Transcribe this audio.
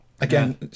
again